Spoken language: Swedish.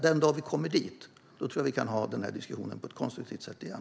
Den dag vi kommer dit tror jag att vi kan ha den här diskussionen på ett konstruktivt sätt igen.